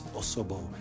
osobou